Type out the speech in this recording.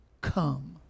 Come